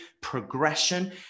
progression